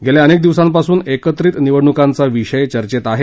गेल्या अनेक दिवसांपासून एकत्रित निवडणुकांचा विषय चर्चेत आहे